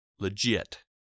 legit